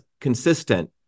consistent